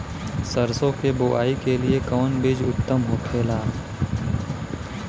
सरसो के बुआई के लिए कवन बिज उत्तम होखेला?